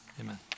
amen